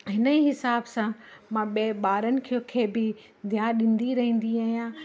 हिन ई हिसाब सां मां ॿिएं ॿारनि खे खे बि ध्यानु ॾींदी रहंदी आहियां